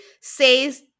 says